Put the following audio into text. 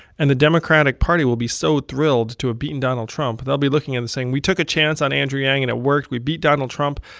and the democratic party will be so thrilled to have beaten donald trump, they'll be looking and saying we took a chance on andrew yang and it worked. we beat donald trump.